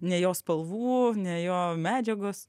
ne jo spalvų ne jo medžiagos